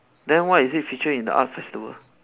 then why is it featured in the arts festival